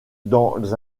dans